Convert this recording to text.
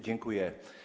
Dziękuję.